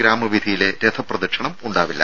ഗ്രാമവീഥിയിലെ രഥപ്രദക്ഷിണം ഉണ്ടാവില്ല